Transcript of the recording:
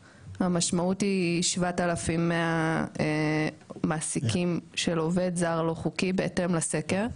המשמעות היא 7,100 מעסיקים של עובד זר לא חוקי בהתאם לסקר,